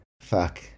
fuck